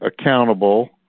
accountable